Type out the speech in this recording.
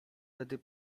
tedy